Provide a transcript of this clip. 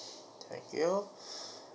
thank you